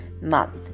month